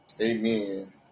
Amen